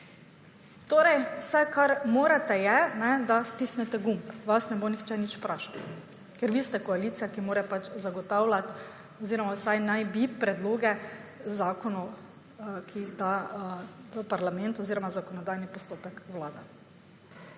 Torej, vse, kar morate je, kajne, da stisnete gumb. Vas ne bo nihče nič vprašal, ker vi ste koalicija, ki mora pač zagotavljat oziroma vsaj naj bi, predloge zakonov, ki jih ta parlament oziroma zakonodajni postopek vlaga.